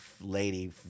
lady